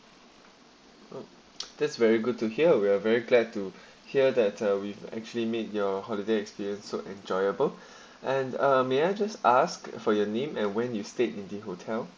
mm that's very good to hear we are very glad to hear that uh we've actually made your holiday experience so enjoyable and uh may I just ask for your name and when you stayed in the hotel